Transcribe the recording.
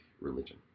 religion